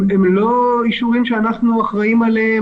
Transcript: הם לא אישורים שאנחנו אחראים עליהם,